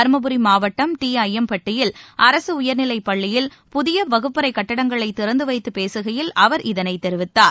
தர்மபுரி மாவட்டம் டி அப்யம்பட்டியில் அரசு உயர்நிலைப் பள்ளியில் புதிய வகுப்பறைக் கட்டடங்களை திறந்து வைத்துப் பேசுகையில் அவர் இதனைத் தெரிவித்தார்